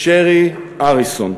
שרי אריסון.